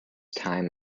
time